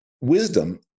wisdom